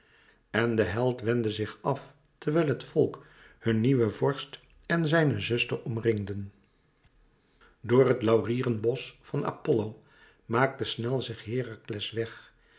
en de held wendde zich af terwijl het volk hun nieuwen vorst en zijne zuster omringden door het laurierenbosch van apollo maakte snel zich herakles weg